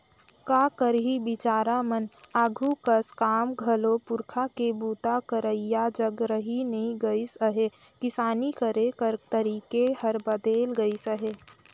का करही बिचारा मन आघु कस काम घलो पूरखा के बूता करइया जग रहि नी गइस अहे, किसानी करे कर तरीके हर बदेल गइस अहे